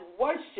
worship